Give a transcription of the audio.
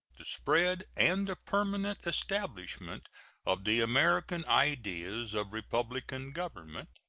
the spread, and the permanent establishment of the american ideas of republican government,